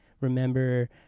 remember